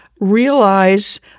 realize